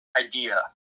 idea